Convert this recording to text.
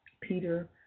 Peter